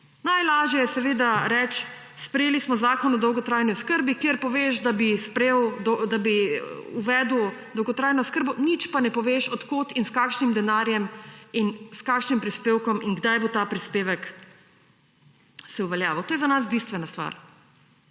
Najlažje je seveda reči, sprejeli smo zakon o dolgotrajni oskrbi, kjer poveš, da bi uvedel dolgotrajno oskrbo, nič pa ne poveš, od kod in s kakšnim denarjem in s kakšnim prispevkom in kdaj se bo ta prispevek uveljavil. To je za nas bistvena stvar.